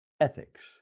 ethics